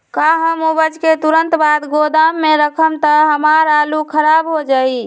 का हम उपज के तुरंत बाद गोदाम में रखम त हमार आलू खराब हो जाइ?